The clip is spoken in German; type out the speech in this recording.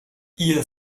ihr